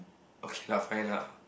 okay lah fine lah